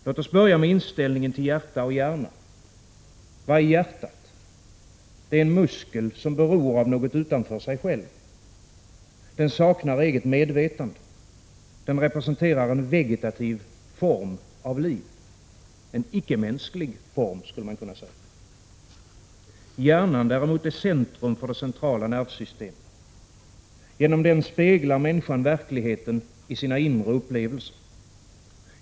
Låt oss börja med inställningen till hjärta och hjärna. Vad är hjärtat? Det är en muskel som beror av något utanför sig själv. Den saknar eget medvetande. Den representerar en vegetativ form av liv — en icke — mänsklig form, skulle man kunna säga. Hjärnan däremot är centrum för det centrala nervsystemet. Genom den speglar människan verkligheten i sina inre upplevelser.